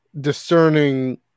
discerning